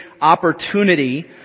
opportunity